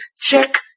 check